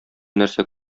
нәрсә